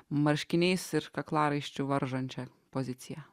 marškiniais ir kaklaraiščiu varžančią poziciją